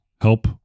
help